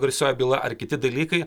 garsioji byla ar kiti dalykai